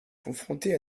confronté